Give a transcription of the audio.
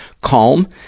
Calm